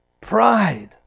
Pride